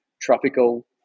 tropical